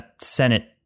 Senate